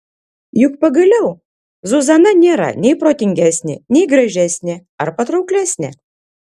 juk pagaliau zuzana nėra nei protingesnė nei gražesnė ar patrauklesnė